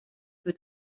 für